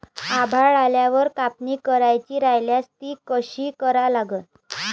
आभाळ आल्यावर कापनी करायची राह्यल्यास ती कशी करा लागन?